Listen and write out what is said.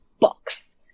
box